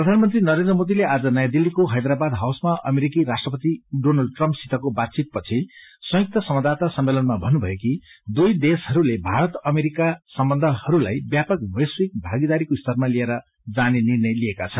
प्रधानमंत्री नरेन्द्र मोदीले आज नाँ दिल्लीको हैदराबाद हाउसमा अमेरिकी राष्ट्रपति डोनाल्ड ट्रम्प सितको बाचितपछि संयुक्त संवाददााता सम्मेलनमा भन्नुभयो कि दुवै देशहरूले भारत अमेरिका सम्बन्धहरूलाई व्यापक वैश्विक भागीदारीको स्तरमा लिएर जाने जनर्णय लिएका छन्